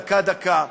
דקה-דקה,